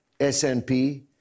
SNP